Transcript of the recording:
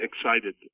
excited